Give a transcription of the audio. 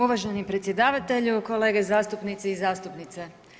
Uvaženi predsjedavatelju, kolege zastupnici i zastupnice.